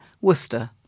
Worcester